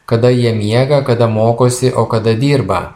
kada jie miega kada mokosi o kada dirba